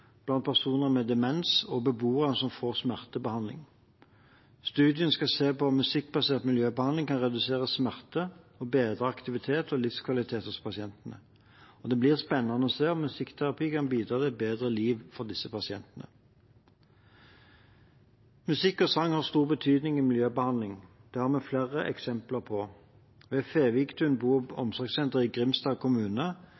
blant personer med demens og beboere som får smertebehandling. Studien skal se på om musikkbasert miljøbehandling kan redusere smerte og bedre aktivitet og livskvalitet hos pasientene. Det blir spennende å se om musikkterapi kan bidra til et bedre liv for disse pasientene. Musikk og sang har stor betydning i miljøbehandling. Det har vi flere eksempler på. Ved Feviktun bo-